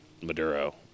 Maduro